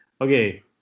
Okay